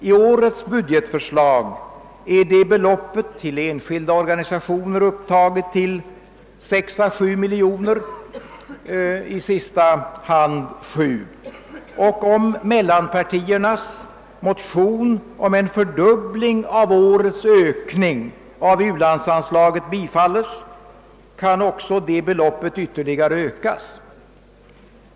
I årets budgetförslag är det beloppet till enskilda organisationer upptaget till 6 å 7 miljoner kronor, i sista hand 7 miljoner. Om mittenpartiernas motion om en fördubbling av årets ökning av u-landsanslaget bifalles, kan också detta belopp ytterligare ökas.